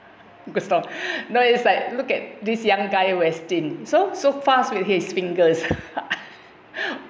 knows that look at this young guy westin so so fast with his fingers